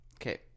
Okay